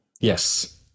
Yes